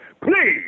please